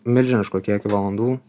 milžinišku kiekiu valandų